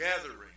gathering